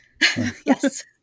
Yes